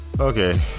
Okay